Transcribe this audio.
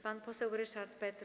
pan poseł Ryszard Petru.